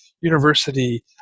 University